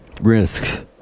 Risk